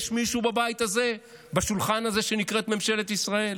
יש מישהו בבית הזה, בשולחן הזה שנקרא ממשלת ישראל?